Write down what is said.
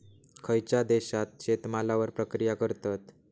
खयच्या देशात शेतमालावर प्रक्रिया करतत?